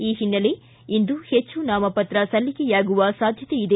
ಈ ಹಿನ್ನೆಲೆ ಇಂದು ಹೆಚ್ಚು ನಾಮಪತ್ರ ಸಲ್ಲಿಕೆಯಾಗುವ ಸಾಧ್ಯತೆ ಇದೆ